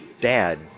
dad